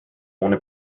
ohne